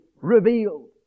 revealed